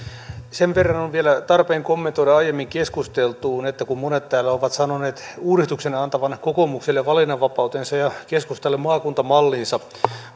sen verran on vielä tarpeen kommentoida aiemmin keskusteltuun kun monet täällä ovat sanoneet uudistuksen antavan kokoomukselle valinnanvapautensa ja keskustalle maakuntamallinsa että